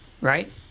right